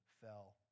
fell